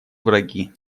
враги